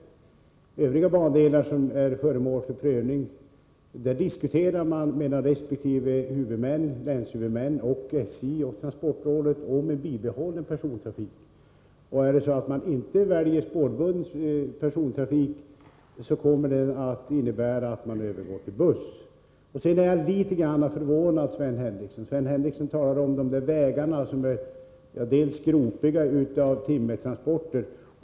Beträffande bandelar som är föremål för prövning förs diskussioner mellan resp. huvudmän, länshuvudmän, SJ och transportrådet om en bibehållen Sedan blir jag litet förvånad, när Sven Henricsson talar om att vägarna är gropiga på grund av timmertransporter.